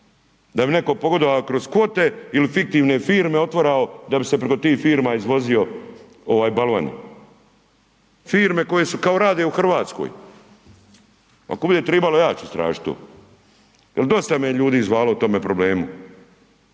da bi netko pogodovao kroz kvote ili fiktivne firme otvarao da bi se preko tih firma izvozili balvani. Firme koje su, kao rade u Hrvatskoj. Ako bude trebalo ja ću istražiti to. Jer dosta me je ljudi zvalo o tome problemu,